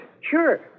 Sure